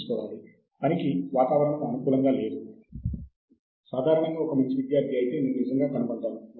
Elsevier మరియు Springer